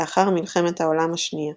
לאחר מלחמת העולם השנייה